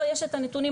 פה יש את הנתונים,